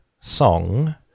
song